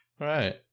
Right